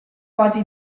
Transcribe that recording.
quasi